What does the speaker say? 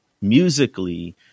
musically